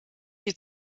die